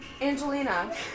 Angelina